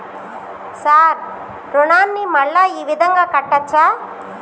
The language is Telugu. సార్ రుణాన్ని మళ్ళా ఈ విధంగా కట్టచ్చా?